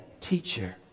teacher